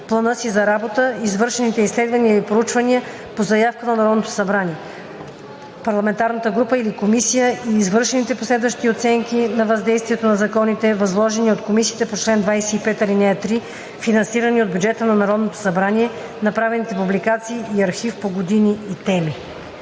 плана си за работа, извършените изследвания или проучвания по заявка на Народното събрание, парламентарна група или комисия и извършените последващи оценки на въздействието на законите, възложени от комисиите по чл. 25, ал. 3, финансирани от бюджета на Народното събрание, направените публикации и архив по години и теми.“